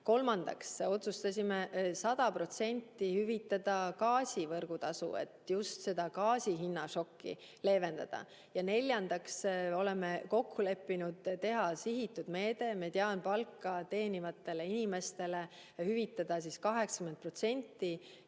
Kolmandaks otsustasime 100% hüvitada gaasi võrgutasu, et just gaasihinnašokki leevendada. Ja neljandaks oleme kokku leppinud sihitud meetmes: mediaanpalka teenivatele inimestele hüvitatakse 80%